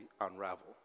unravel